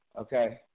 Okay